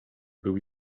był